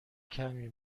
کمی